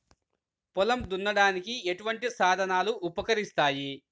పొలం దున్నడానికి ఎటువంటి సాధనాలు ఉపకరిస్తాయి?